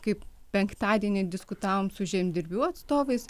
kaip penktadienį diskutavom su žemdirbių atstovais